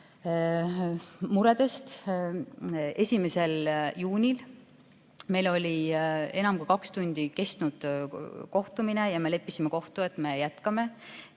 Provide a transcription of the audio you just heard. muredest rääkida. 1. juunil meil oli enam kui kaks tundi kestnud kohtumine ja me leppisime kokku, et me jätkame